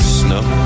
snow